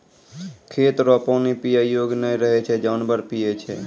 खेत रो पानी पीयै योग्य नै रहै छै जानवर पीयै छै